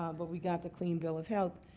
ah but we got the clean bill of health.